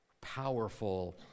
powerful